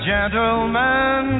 gentlemen